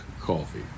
Coffee